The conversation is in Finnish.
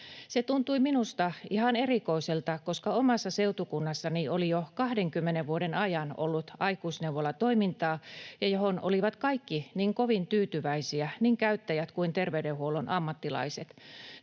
Se tuntui minusta ihan erikoiselta, koska omassa seutukunnassani oli jo 20 vuoden ajan ollut aikuisneuvolatoimintaa, johon olivat kaikki niin kovin tyytyväisiä — niin käyttäjät kuin terveydenhuollon ammattilaiset.